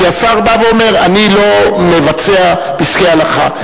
כי השר בא ואומר: אני לא מבצע פסקי הלכה.